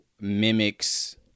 mimics